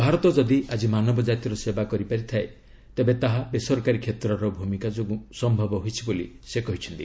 ଭାରତ ଯଦି ଆଜି ମାନବ କାତିର ସେବା କରିପାରିଥାଏ ତେବେ ତାହା ବେସରକାରୀ କ୍ଷେତ୍ରର ଭୂମିକା ଯୋଗୁଁ ସ୍ୟବ ହୋଇଛି ବୋଲି ସେ କହିଛନ୍ତି